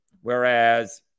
Whereas